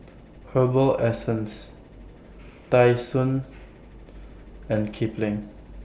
Herbal Essences Tai Sun and Kipling